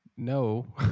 No